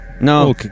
No